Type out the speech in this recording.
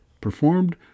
performed